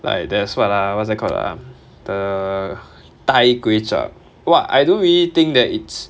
like there's what ah what's that called ah the thai kuay chap what I don't really think that it's